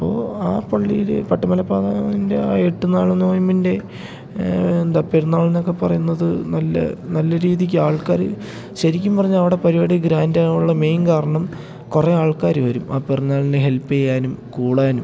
അപ്പോൾ ആ പള്ളിയിൽ പട്ടുമലമാതാവിൻ്റെ ആ എട്ടുനാൾ നോയമ്പിൻ്റെ എന്താ പെരുന്നാൾ എന്നൊക്കെ പറയുന്നത് നല്ല നല്ല രീതിയ്ക്ക് ആൾക്കാർ ശരിക്കും പറഞ്ഞാൽ അവിടെ പരിപാടി ഗ്രാൻഡാവാനുള്ള മെയിൻ കാരണം കുറേ ആൾക്കാർ വരും ആ പെരുന്നാളിനെ ഹെൽപ്പ് ചെയ്യാനും കൂടാനും